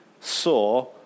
saw